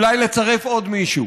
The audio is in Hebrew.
ואולי לצרף עוד מישהו